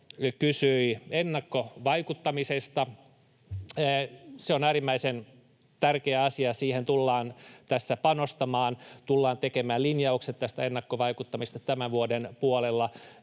kysyi ennakkovaikuttamisesta. Se on äärimmäisen tärkeä asia, ja siihen tullaan tässä panostamaan, tullaan tekemään linjaukset tästä ennakkovaikuttamisesta tämän vuoden puolella